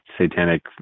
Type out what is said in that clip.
satanic